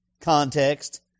context